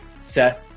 Seth